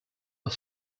are